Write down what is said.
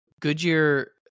Goodyear